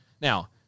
Now